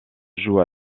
joue